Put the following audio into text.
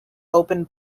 open